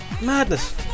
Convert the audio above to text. madness